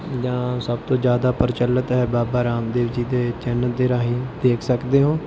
ਜਾਂ ਸਭ ਤੋਂ ਜ਼ਿਆਦਾ ਪ੍ਰਚਲਿੱਤ ਹੈ ਬਾਬਾ ਰਾਮਦੇਵ ਜੀ ਦੇ ਚੈਨਲ ਦੇ ਰਾਹੀਂ ਦੇਖ ਸਕਦੇ ਹੋਂ